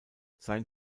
sein